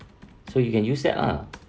so you can use that ah